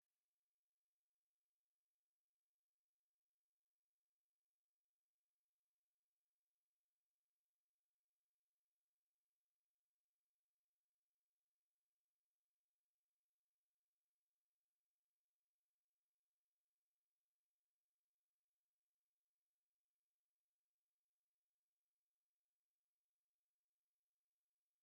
Abantu bafite ubumuga baba bagomba kwitabwaho cyane ndetse mu buryo bw'umwihariko. Mu bigo by'amashuri atandukanye, haba hagiye harimo abantu bafite ubumuga. Abahanga mu kwigisha bagaragaza ko kwigisha umwana bifashishije ibitabo ndetse n'amashusho ari byo bituma abanyeshuri bakurikira.